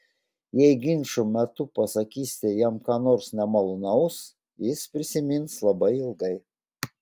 jei ginčo metu pasakysite jam ką nors nemalonaus jis prisimins labai ilgai